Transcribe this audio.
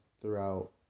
throughout